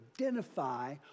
identify